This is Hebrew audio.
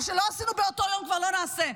מה שלא עשינו באותו היום כבר לא נעשה.